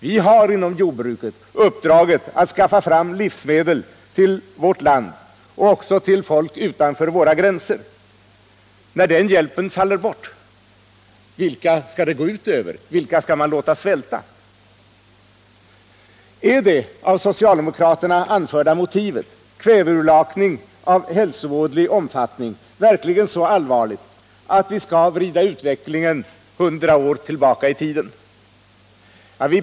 Vi har inom jordbruket uppdraget att skaffa fram livsmedel till vårt land och även till människor utanför våra gränser. Vilka skulle en sådan minskning gå ut över? Vilka skall man låta svälta? Är det av socialdemokraterna anförda motivet — kväveutlakning av hälsovådlig omfattning — verkligen så allvarligt att vi skall vrida utvecklingen 100 år tillbaka i tiden?